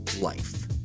life